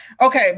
Okay